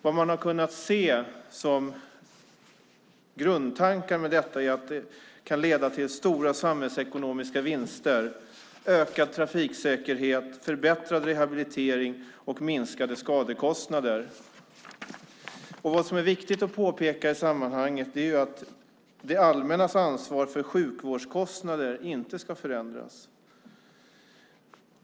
Vad man har kunnat se som grundtankar med detta är att det kan leda till stora samhällsekonomiska vinster, en ökad trafiksäkerhet, en förbättrad rehabilitering och minskade skadekostnader. Viktigt att påpeka i sammanhanget är att det allmännas ansvar för sjukvårdskostnader inte ska förändras.